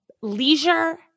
leisure